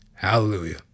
Hallelujah